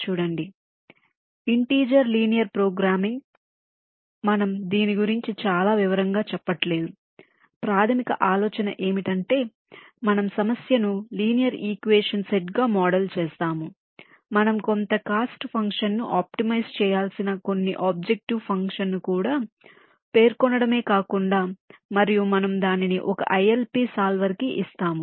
కాబట్టి integer linear programming మనం దీని గురించి చాలా వివరంగా చెప్పట్లేదు ప్రాథమిక ఆలోచన ఏమిటంటే మనం సమస్యను లినియర్ ఇక్వేషన్ సెట్ గా మోడల్ చేస్తాము మనం కొంత కాస్ట్ ఫంక్షన్ను ఆప్టిమైజ్ చేయాల్సిన కొన్ని ఆబ్జెక్టివ్ ఫంక్షన్ను కూడా పేర్కొనడమే కాకుండా మరియు మనము దానిని ఒక ILP సాల్వర్ కి ఇస్తాము